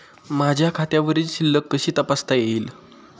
माझ्या खात्यावरील शिल्लक कशी तपासता येईल?